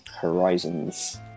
Horizons